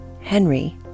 Henry